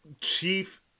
Chief